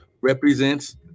represents